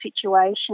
situation